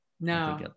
No